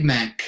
Mac